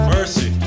Mercy